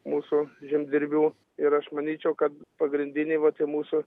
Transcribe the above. mūsų žemdirbių ir aš manyčiau kad pagrindiniai vat tie mūsų